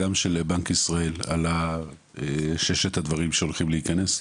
גם של בנק ישראל על ששת הדברים שהולכים להיכנס.